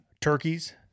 turkeys